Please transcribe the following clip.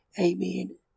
Amen